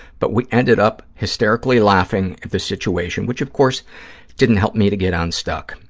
but we ended up hysterically laughing at the situation, which of course didn't help me to get unstuck.